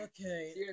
Okay